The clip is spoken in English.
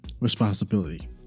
responsibility